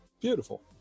beautiful